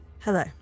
Hello